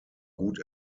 gut